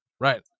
right